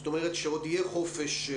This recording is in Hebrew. זאת אומרת שכשיהיה עוד חופש.